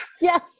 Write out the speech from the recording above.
Yes